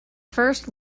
first